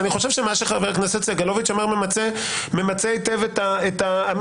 אני חושב שמה שחבר הכנסת סגלוביץ' אמר ממצה היטב את האמירה.